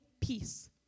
Peace